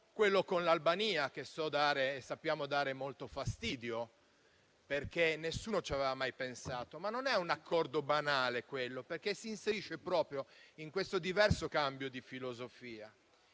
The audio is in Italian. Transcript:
Quello con l'Albania, che sappiamo dare molto fastidio perché nessuno ci aveva mai pensato, non è un accordo banale, perché si inserisce proprio in questo cambio di filosofia